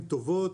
הן טובות,